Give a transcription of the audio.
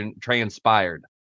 transpired